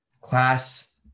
class